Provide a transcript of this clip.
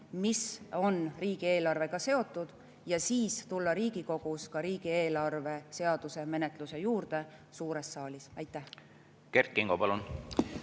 mis on riigieelarvega seotud, ja siis tulla Riigikogus riigieelarve seaduse menetluse juurde suures saalis. Kert